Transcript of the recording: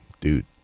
dude